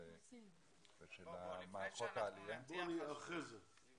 ומערכות העלייה מונעות זאת?